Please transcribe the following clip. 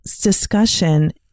discussion